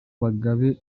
bagabe